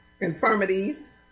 infirmities